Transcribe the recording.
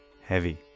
heavy